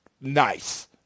nice